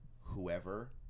whoever